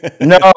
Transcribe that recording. No